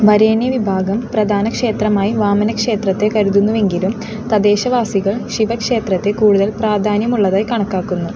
വരേണ്യവിഭാഗം പ്രധാന ക്ഷേത്രമായി വാമനക്ഷേത്രത്തെ കരുതുന്നുവെങ്കിലും തദ്ദേശവാസികൾ ശിവക്ഷേത്രത്തെ കൂടുതൽ പ്രാധാന്യമുള്ളതായി കണക്കാക്കുന്നു